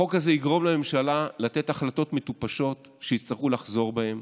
החוק הזה יגרום לממשלה לתת החלטות מטופשות שיצטרכו לחזור מהן,